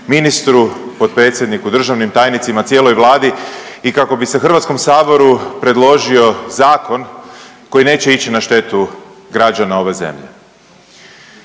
ministru, potpredsjedniku, državnim tajnicima i cijeloj Vladi i kako bi se HS predložio zakon koji neće ići na štetu građana ove zemlje.